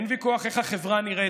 אין ויכוח איך החברה נראית,